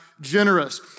generous